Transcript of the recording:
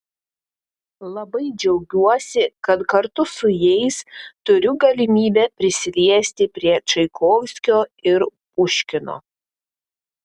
labai džiaugiuosi kad kartu su jais turiu galimybę prisiliesti prie čaikovskio ir puškino